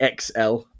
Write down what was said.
xl